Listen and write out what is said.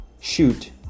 shoot